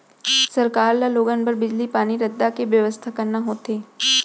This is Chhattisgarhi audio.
सरकार ल लोगन बर बिजली, पानी, रद्दा के बेवस्था करना होथे